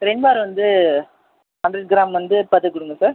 ரின் bar வந்து hundred gram வந்து பத்து கொடுங்க சார்